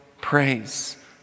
praise